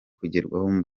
kugerwaho